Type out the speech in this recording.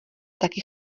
taky